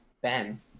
Ben